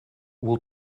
will